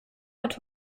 hat